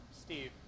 Steve